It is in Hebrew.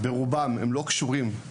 הם ברובם לא קשורים גם